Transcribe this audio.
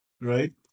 Right